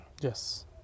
Yes